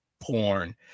porn